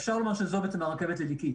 אפשר לומר בעצם שזו הרכבת לליקית.